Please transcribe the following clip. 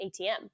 ATM